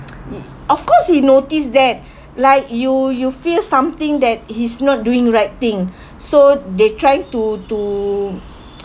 he of course he noticed that like you you feel something that he's not doing right thing so they trying to to